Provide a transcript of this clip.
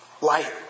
Light